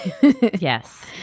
Yes